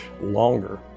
longer